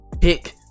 pick